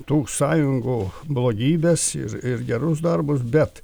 tų sąjungų blogybes ir ir gerus darbus bet